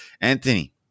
Anthony